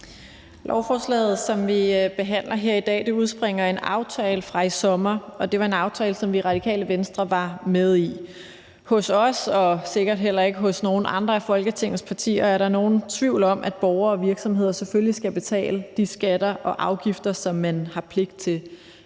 Lovforslaget, som vi behandler her i dag, udspringer af en aftale fra i sommer, og det var en aftale, som vi i Radikale Venstre var med i. Der er ikke hos os og sikkert heller ikke hos nogen andre af Folketingets partier nogen tvivl om, at borgere og virksomheder selvfølgelig skal betale de skatter og afgifter, som de har pligt til.